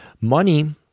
money